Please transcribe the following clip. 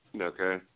Okay